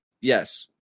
Yes